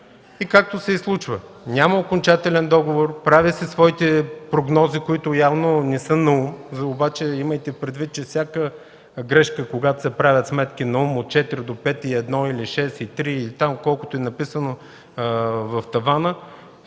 както се и случва. Няма окончателен договор, прави си своите прогнози, които явно не са наум. Обаче имайте предвид, че всяка грешка, когато се правят сметки наум, от 4 до 5,1 или 6,3, или там колкото е написано в тавана,